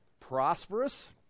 prosperous